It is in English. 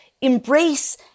embrace